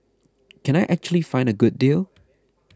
can I actually find a good deal